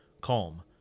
calm